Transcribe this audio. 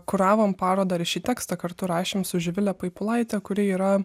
kuravom parodą ir šį tekstą kartu rašėm su živile paipulaite kuri yra